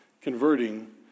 converting